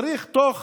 צריך תוך